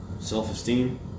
Self-esteem